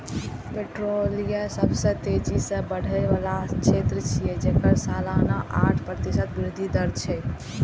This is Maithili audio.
पोल्ट्री सबसं तेजी सं बढ़ै बला क्षेत्र छियै, जेकर सालाना आठ प्रतिशत वृद्धि दर छै